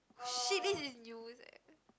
shit this is news eh